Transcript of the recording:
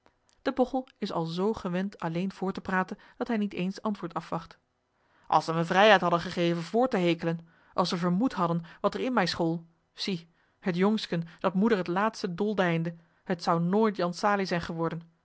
de bogchel is al z gewend alleen voort te praten dat hij niet eens antwoord afwacht als ze mij vrijheid hadden gegeven voort te hekelen als ze vermoed hadden wat er in mij school zie het jongsken dat moeder het laatste doldijnde het zou nooit jan salie zijn geworden